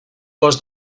was